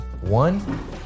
One